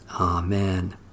Amen